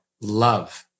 love